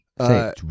Say